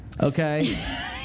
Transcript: Okay